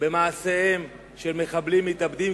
במעשיהם של מחבלים מתאבדים,